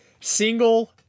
Single